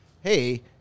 hey